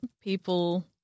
people